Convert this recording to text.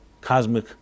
cosmic